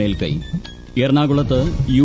മേൽക്കൈ എറണാകുളത്ത് യു